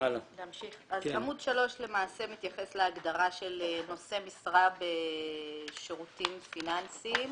עמוד 3 למעשה מתייחס להגדרה של נושאי משרה בשירותים פיננסיים.